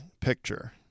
picture